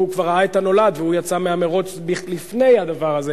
הוא כבר ראה את הנולד ויצא מהמירוץ לפני הדבר הזה.